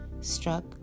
struck